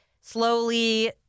slowly